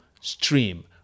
stream